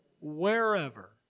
Wherever